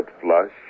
flush